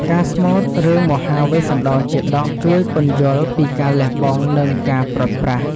ការស្មូតរឿងមហាវេស្សន្តរជាតក ជួយពន្យល់ពីការលះបង់ និងការព្រាត់ប្រាស។